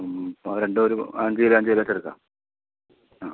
മ് അത് രണ്ടും ഒരു അഞ്ച് കിലോ അഞ്ച് കിലോ വെച്ച് എടുക്കാം ആ